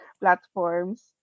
platforms